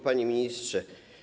Panie Ministrze!